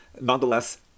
nonetheless